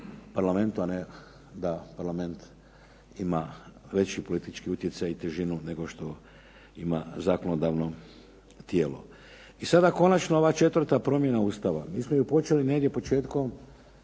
Parlamentu, a ne da Parlament ima veći politički utjecaj i težinu nego što ima zakonodavno tijelo. I sada konačno ova 4 promjena Ustava. Mi smo ju počeli negdje početkom